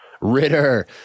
Ritter